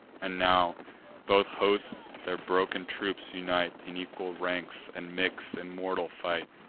and now both hosts their broken troops unite in equal ranks, and mix in mortal fight.